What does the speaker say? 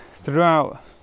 Throughout